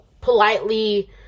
politely